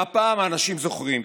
והפעם האנשים זוכרים.